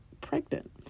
pregnant